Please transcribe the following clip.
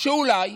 שאולי